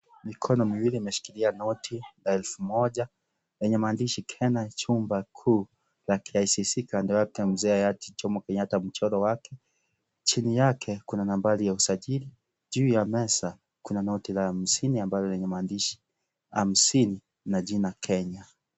Miko miwili imeshikilia noti la elfu moja, yenye maandishi Kenya chumba kuu la KICC kando yake mzee yahati Jomo Kenyatta mchoro wake. Chini yake kuna nambari ya usaji, juu ya meza kuna noti la hamsini ambalo lenye maandishi hamsini na jina Kenya.